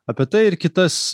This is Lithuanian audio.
apie tai ir kitas